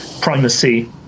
primacy